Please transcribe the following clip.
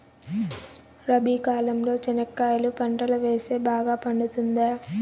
రబి కాలంలో చెనక్కాయలు పంట వేస్తే బాగా పండుతుందా?